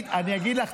אני אגיד לך,